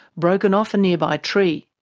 broken off a nearby tree.